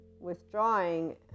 withdrawing